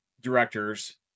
directors